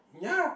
ya